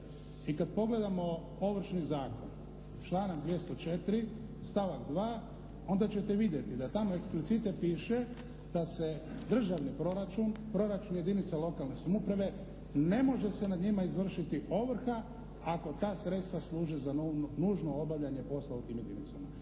I kad pogledamo Ovršni zakon članak 204. stavak 2. onda ćete vidjeti da tamo eksplicite piše da se državni proračun, proračun jedinica lokalne samouprave, ne može se na njima izvršiti ovrha ako ta sredstva služe za nužno obavljanje posla u tim jedinicama.